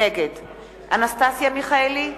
נגד אנסטסיה מיכאלי,